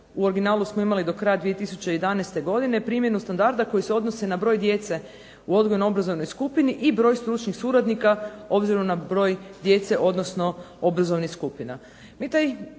u originalu smo imali do kraja 2011. godine, primjenu standarda koji se odnosi na broj djece u odgojno-obrazovnoj skupini i broj stručnih suradnika obzirom na broj djece, odnosno obrazovnih skupina.